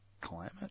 Climate